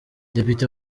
depite